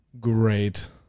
great